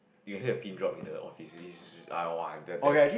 you will hear a pin drop in the office which is !wah! damn bad